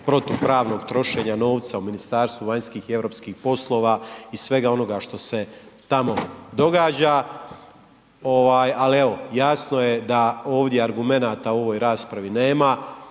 protupravnog trošenja novca u Ministarstvu vanjskih i europskih poslova i svega onoga što se tamo događa, ali evo, jasno je da ovdje argumenata u ovoj raspravi nema,